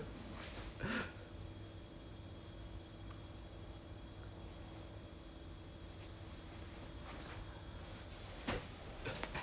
你没有看他们以前以前 when we when we landed in Sydney 他不是每次有那个 err the they have a board there dunno whether you were you were there or not like 他们 they have a saying that err